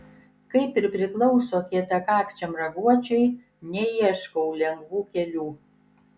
kaip ir priklauso kietakakčiam raguočiui neieškau lengvų kelių